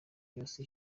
yose